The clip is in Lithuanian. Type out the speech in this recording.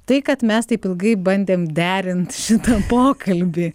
tai kad mes taip ilgai bandėm derint šitą pokalbį